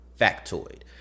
factoid